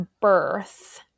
birth